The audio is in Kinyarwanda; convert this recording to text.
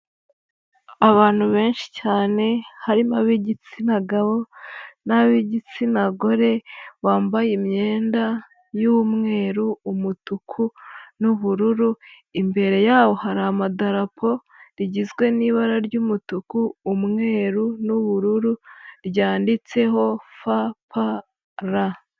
Abantu benshi cyane, harimo ab'igitsina gabo n'ab'igitsina gore, bambaye imyenda y'umweru, umutuku n'ubururu, imbere yabo hari amadarapo rigizwe n'ibara ry'umutuku, umweru n'ubururu ryanditseho fa, pa, ra.